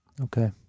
Okay